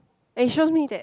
and it shows me that